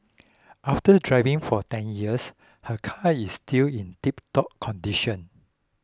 after driving for ten years her car is still in tiptop condition